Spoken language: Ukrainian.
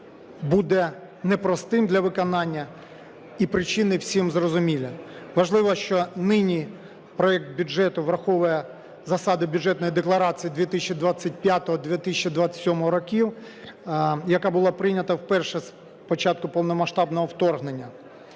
буде непростим для виконання і причини всім зрозумілі. Важливо, що нині проект бюджету враховує засади Бюджетної декларації 2025-2027 років, яка була прийнята вперше з початку повномасштабного вторгнення.